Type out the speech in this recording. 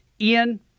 Ian